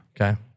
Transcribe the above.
Okay